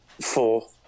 four